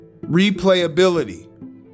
Replayability